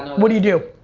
what do you do?